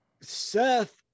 Seth